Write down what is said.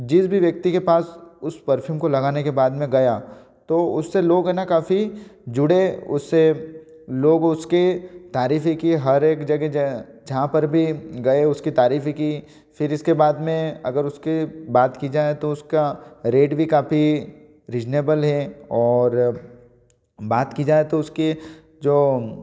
जिस भी व्यक्ति के पास उस परफ्यूम को लगाने के बाद में गया तो उसे लोग हैं ना काफ़ी जुड़े उससे लोग उसकी तारीफें किए हर एक जगह जहाँ पर भी गए उसकी तारीफें की फिर इसके बाद में अगर उसके बात की जाए तो उसका रैट भी काफ़ी रीजनेबल हैं और बात की जाए तो उसके जो